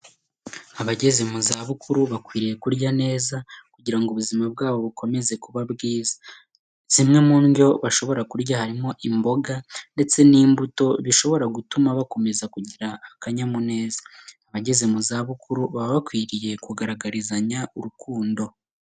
Abageze muzabukuru bakwiye kurya neza kugira ngo ubuzima bwabo bukomeze kuba bwiza. Zimwe mu ndyo bashobora kurya harimo imboga ndetse n'imbuto bishobora gutuma bakomeza kugira akanyamuneza. Abageze mu zabukuru baba bakwiriye kugaragarizanya urukundo.